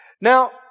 Now